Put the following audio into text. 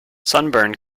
sunburn